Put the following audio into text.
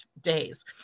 days